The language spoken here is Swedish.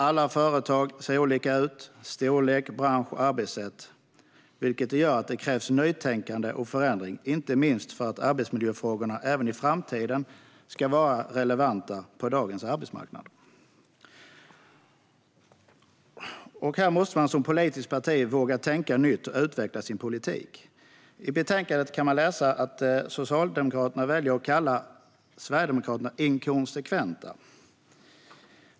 Alla företag ser olika ut när det gäller storlek, bransch och arbetssätt, vilket gör att det krävs nytänkande och förändring inte minst för att arbetsmiljöfrågorna även i framtiden ska vara relevanta på arbetsmarknaden. Här måste man som politiskt parti våga tänka nytt och utveckla sin politik. I betänkandet kan man läsa att Socialdemokraterna väljer att kalla Sverigedemokraterna inkonsekventa.